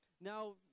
Now